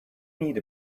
need